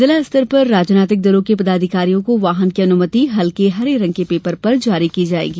जिला स्तर पर राजनैतिक दलों के पदाधिकारियों को वाहन की अनुमति हल्के हरे रंग के पेपर में जारी की जायेगी